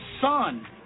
son